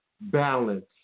balance